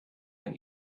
ein